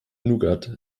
nougat